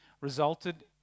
resulted